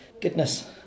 Goodness